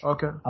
Okay